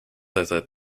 desde